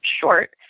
short